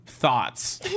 Thoughts